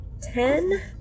ten